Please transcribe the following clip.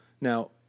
Now